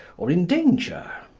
or in danger.